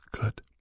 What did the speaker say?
Good